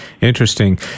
Interesting